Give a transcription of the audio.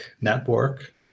network